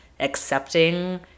accepting